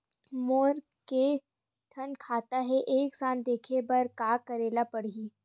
मोर के थन खाता हे एक साथ देखे बार का करेला पढ़ही?